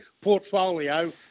portfolio